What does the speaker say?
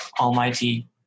almighty